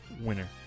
winner